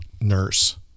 nurse